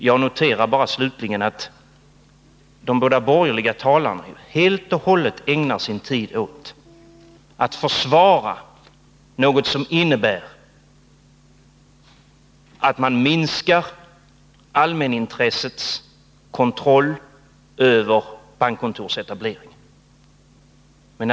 Jag noterar bara slutligen att de båda borgerliga talarna helt och hållet ägnar sin tid åt att försvara ett förslag som innebär att man minskar allmänintressets kontroll över bankkontorsetableringen.